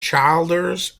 childers